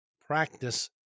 Practice